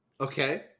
Okay